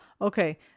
Okay